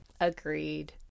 Agreed